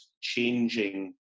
changing